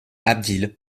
abbeville